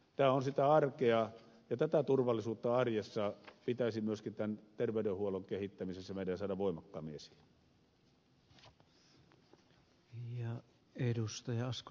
tämä on sitä arkea ja tätä turvallisuutta arjessa pitäisi myöskin tämän terveydenhuollon kehittämisessä meidän saada voimakkaammin esiin